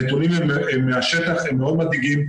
הנתונים מהשטח הם מאוד מדאיגים,